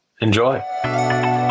enjoy